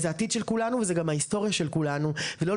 העתיד של כולנו וזה גם ההיסטוריה של כולנו ושחשוב